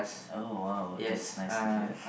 oh !wow! that's nice to hear